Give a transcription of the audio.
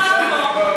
אנחנו מזילים דמעה פה.